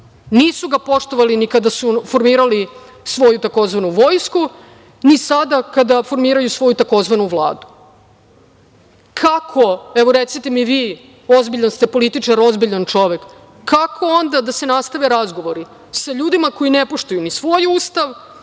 Nisu ga poštovali ni kada su formirali svoju tzv. vojsku, ni sada kada formiraju svoju tzv. vladu. Kako, evo, recite mi vi, ozbiljan ste političar, ozbiljan čovek, kako onda da se nastave razgovori sa ljudima koji ne poštuju ni svoj Ustav,